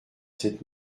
cette